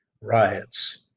riots